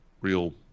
real